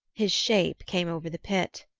his shape came over the pit.